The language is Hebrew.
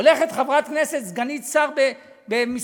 הולכת חברת כנסת, סגנית שר במשרד